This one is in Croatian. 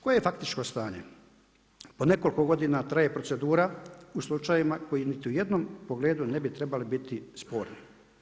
Koje je faktično stanje, od nekoliko godina traje procedura u slučajevima koje niti u jednom pogledu ne bi trebali biti sporni.